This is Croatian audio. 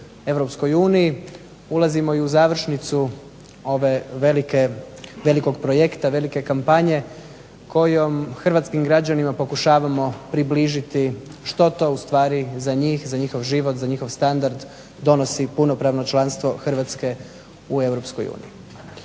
ulazimo i u završnicu ove velikog projekta, kampanje kojom Hrvatskim građanima pokušavamo približiti što to za njih, za njihov život, za njihov standard donosi punopravno članstvo Hrvatske u